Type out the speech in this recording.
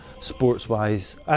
sports-wise